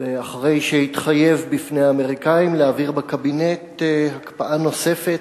ואחרי שהתחייב בפני האמריקנים להעביר בקבינט הקפאה נוספת,